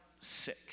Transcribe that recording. sick